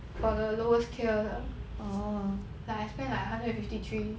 for the lowest tier 的 like I spend like hundred and fifty three